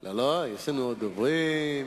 יש לנו עוד דוברים,